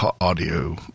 audio